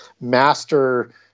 master